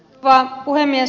rouva puhemies